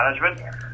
management